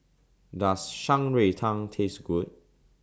Does Shan Rui Tang Taste Good